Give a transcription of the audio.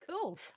Cool